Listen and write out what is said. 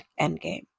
Endgame